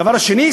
הדבר השני,